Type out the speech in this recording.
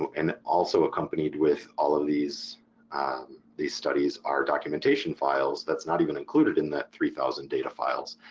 and also accompanied with all of these these studies are documentation files, that's not even included in that three thousand data files.